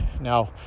Now